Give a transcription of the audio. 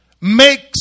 makes